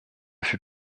fut